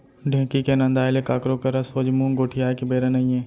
ढेंकी के नंदाय ले काकरो करा सोझ मुंह गोठियाय के बेरा नइये